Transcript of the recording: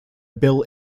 bill